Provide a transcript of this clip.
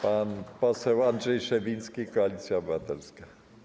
Pan poseł Andrzej Szewiński, Koalicja Obywatelska.